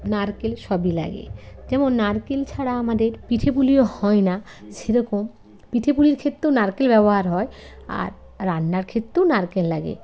নারকেল সবই লাগে যেমন নারকেল ছাড়া আমাদের পিঠে পুলিও হয় না সেরকম পিঠে পুলির ক্ষেত্রেও নারকেল ব্যবহার হয় আর রান্নার ক্ষেত্রেও নারকেল লাগে